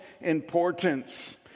importance